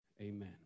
Amen